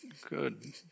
good